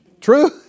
True